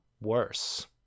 worse